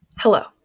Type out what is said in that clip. Hello